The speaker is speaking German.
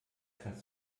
kannst